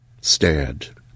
stared